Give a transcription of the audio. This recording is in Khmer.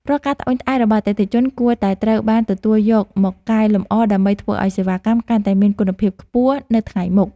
រាល់ការត្អូញត្អែររបស់អតិថិជនគួរតែត្រូវបានទទួលយកមកកែលម្អដើម្បីធ្វើឱ្យសេវាកម្មកាន់តែមានគុណភាពខ្ពស់ទៅថ្ងៃមុខ។